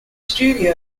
studio